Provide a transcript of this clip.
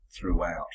throughout